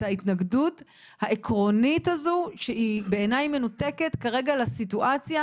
ההתנגדות העקרונית הזאת שהיא בעיניי מנותקת כרגע לסיטואציה,